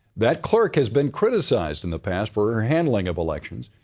that clerk has been criticized in the past for her handling of elections.